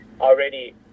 already